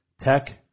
Tech